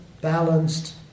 balanced